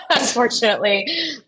unfortunately